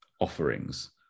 offerings